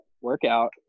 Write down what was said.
workout